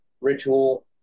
ritual